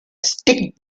stick